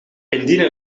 indien